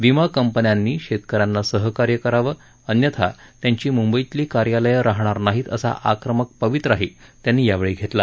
विमा कंपन्यांनी शेतक यांना सहकार्य करावं अन्यथा त्यांची मुंबईतली कार्यालयं राहाणार नाहीत असा आक्रमक पवित्राही त्यांनी यावेळी घेतला